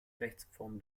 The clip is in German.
rechtsform